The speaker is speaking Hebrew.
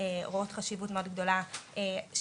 רואות חשיבות מאוד גדולה של